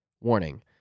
Warning